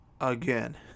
again